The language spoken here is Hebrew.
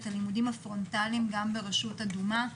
את הלימודים הפרונטליים גם ברשות אדומה.